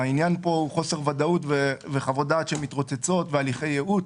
העניין פה הוא חוסר ודאות וחוות דעת שמתרוצצות והליכי ייעוץ.